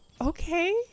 okay